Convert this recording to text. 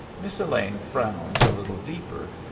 miss elaine frowned a little deeper,